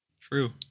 True